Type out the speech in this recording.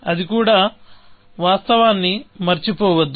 అది కూడా వాస్తవాన్ని మరచిపోవద్దు